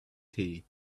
tea